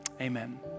amen